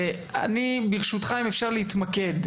אני רוצה לדעת,